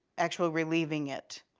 actually relieving it.